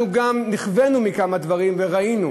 ואנחנו גם נכווינו מכמה דברים וראינו.